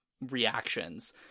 reactions